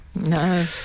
No